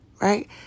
Right